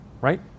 right